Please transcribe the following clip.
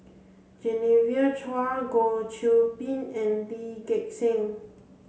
Genevieve Chua Goh Qiu Bin and Lee Gek Seng